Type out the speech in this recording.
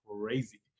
crazy